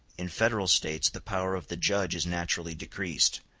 in federal states the power of the judge is naturally decreased,